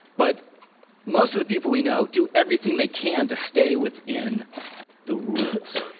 but most of the people we know do everything they can to stay within the rules.